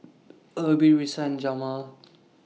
Erby Risa and Jameel